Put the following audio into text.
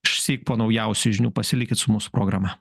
išsyk po naujausių žinių pasilikit su mūsų programa